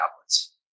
tablets